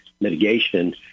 mitigation